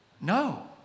No